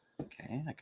Okay